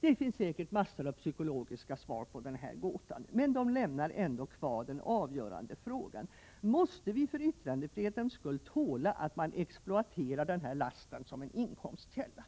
Säkert finns det massor av psykologiska svar på denna gåta, men de lämnar ändå kvar den avgörande frågan: Måste vi för yttrandefrihetens skull tåla att man exploaterar denna last som en inkomstkälla?